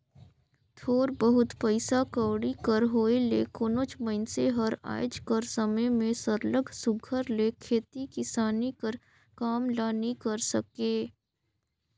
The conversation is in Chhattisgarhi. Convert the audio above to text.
थोर बहुत पइसा कउड़ी कर होए ले कोनोच मइनसे हर आएज कर समे में सरलग सुग्घर ले खेती किसानी कर काम ल नी करे सके